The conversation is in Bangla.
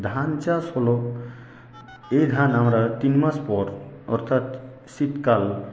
ধান চাষ হল এই ধান আমরা তিনমাস পর অর্থাৎ শীতকাল